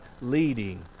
leading